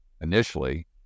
initially